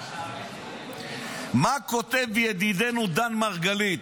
מה כותב ידידנו דן מרגלית?